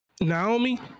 Naomi